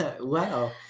wow